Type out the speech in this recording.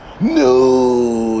No